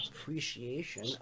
appreciation